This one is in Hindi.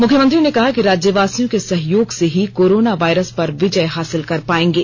मुख्यमंत्री ने कहा कि राज्यवासियों के सहयोग से ही कोरोना वायरस पर विजय हासिल कर पायेंगे